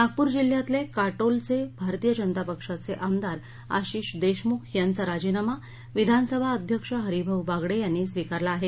नागपूर जिल्ह्यातले काटोलचे भारतीय जनता पक्षाचे आमदार आशिष देशमुख यांचा राजीनामा विधानसभा अध्यक्ष हरीभाऊ बागडे यांनी स्वीकारला आहे